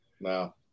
no